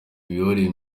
imiyoborere